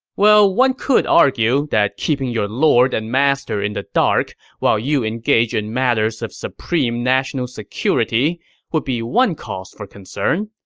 one could argue that keeping your lord and master in the dark while you engage in matters of supreme national security would be one cause for concern,